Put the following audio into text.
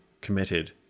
committed